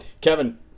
kevin